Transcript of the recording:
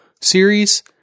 series